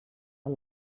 are